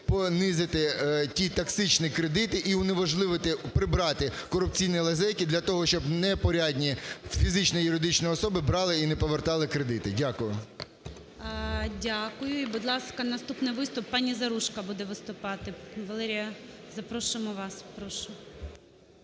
понизити ті "токсичні" кредити і унеможливити, прибрати корупційні лазейки для того, щоб не порядні фізичні, юридичні особи брали і не повертали кредити. Дякую. ГОЛОВУЮЧИЙ. Дякую. І, будь ласка, наступний виступ пані Заружко, буде виступати, Валерія. Запрошуємо вас,